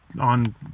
on